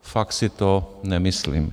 Fakt si to nemyslím.